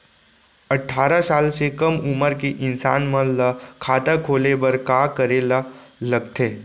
अट्ठारह साल से कम उमर के इंसान मन ला खाता खोले बर का करे ला लगथे?